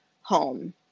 home